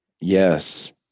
Yes